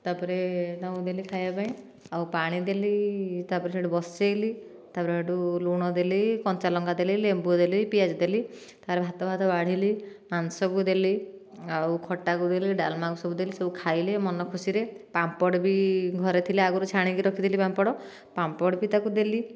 ତାପରେ ତାଙ୍କୁ ଦେଲି ଖାଇବା ପାଇଁ ଆଉ ପାଣି ଦେଲି ତାପରେ ସେଇଠି ବସେଇଲି ତାପରେ ସେଠୁ ଲୁଣ ଦେଲି କଞ୍ଚାଲଙ୍କା ଦେଲି ଲେମ୍ବୁ ଦେଲି ପିଆଜ ଦେଲି ତାପରେ ଭାତ ଫାତ ବାଢ଼ିଲି ମାଂସ ବି ଦେଲି ଆଉ ଖଟା ବି ଦେଲି ଡାଲମା ଦେଲି ସବୁ ଖାଇଲେ ସବୁ ମନ ଖୁସି ରେ ପାମ୍ପଡ଼ ବି ଘରେ ଥିଲା ଆଗରୁ ଛାଣିକି ରଖିଥିଲି ପାମ୍ପଡ଼ ପାମ୍ପଡ଼ ବି ତାକୁ ଦେଲି